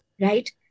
right